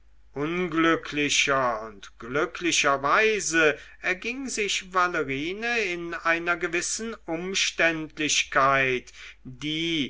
unglücklicher und glücklicherweise erging sich valerine in einer gewissen umständlichkeit die